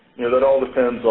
that all depends um